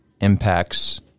impacts